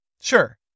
Sure